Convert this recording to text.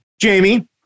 Jamie